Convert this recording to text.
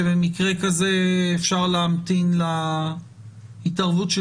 שבמקרה כזה אפשר להמתין להתערבות של